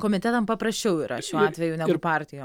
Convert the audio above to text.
komitetam paprasčiau yra šiuo atveju ir partijom